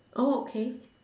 oh okay